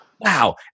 wow